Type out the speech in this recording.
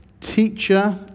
teacher